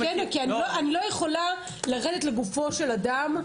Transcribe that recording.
זה כן, כי אני לא יכולה לרדת לגופו של אדם,